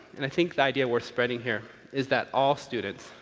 and i think the idea worth spreading here is that all students,